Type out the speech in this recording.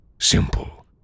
simple